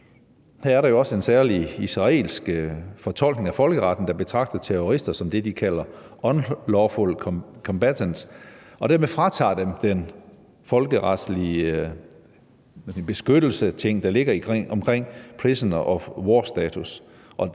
Her er der jo også den særlig israelske fortolkning af folkeretten, der betragter terrorister som det, de kalder for unlawful combatants, og dermed fratager dem den folkeretlige beskyttelse, der ligger omkring prisoner of war-status